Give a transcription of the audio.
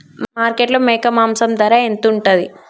మార్కెట్లో మేక మాంసం ధర ఎంత ఉంటది?